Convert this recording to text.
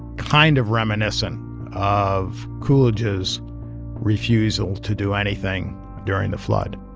kind of reminiscent of coolidge's refusal to do anything during the flood